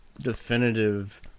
definitive